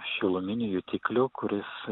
šiluminių jutiklių kuris